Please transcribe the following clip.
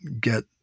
get